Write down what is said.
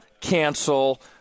cancel